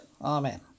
Amen